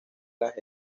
las